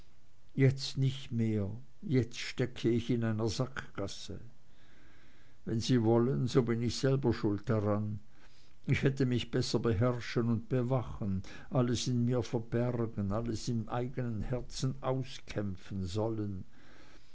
jetzt nicht mehr jetzt stecke ich in einer sackgasse wenn sie wollen so bin ich selber schuld daran ich hätte mich besser beherrschen und bewachen alles in mir verbergen alles im eignen herzen auskämpfen sollen